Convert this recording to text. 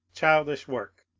childish work?